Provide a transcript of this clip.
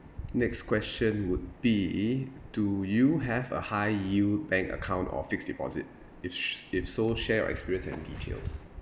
next question would be do you have a high yield bank account or fixed deposit if if so share your experience and details